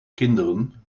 kinderen